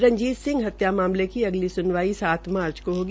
रंजीत सिंह हत्या मामले की अगली सुनवाई सात मार्च को होगी